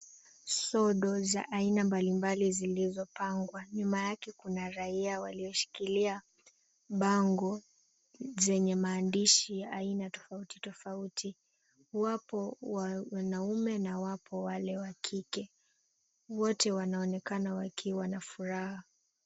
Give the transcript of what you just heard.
Sodo za aina mbalimbali zilizopangwa. Nyuma yake kuna raia walioshikilia bango zenye maandishi ya aina tofauti tofauti. Wapo wanaume na wapo wale wa kike. Wote wanaonekana wakiwa na furaha.